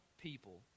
people